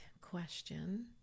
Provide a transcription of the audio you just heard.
question